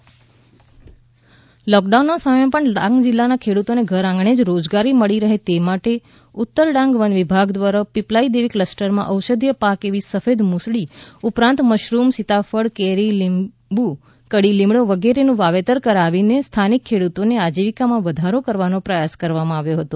ઔષધીય પાક લોકડાઉનના સમયમાં પણ ડાંગ જિલ્લાના ખેડૂતોને ઘરઆંગણે જ રોજગારી મળી રહે તે માટે ઉત્તર ડાંગ વન વિભાગ દ્વારા પીપલાઈદેવી ક્લસ્ટરમાં ઔષધીય પાક એવી સફેદ મુસળી ઉપરાંત મશરૂમ સીતાફળ કેરી લીંબુ કઢીલીમડો વિગેરેનું વાવેતર કરાવીને સ્થાનિક ખેડૂતોની આજીવિકામાં વધારો કરવાનો પ્રયાસ કરવામાં આવ્યો હતો